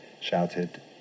shouted